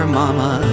mama